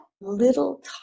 little